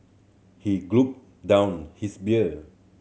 he gulped down his beer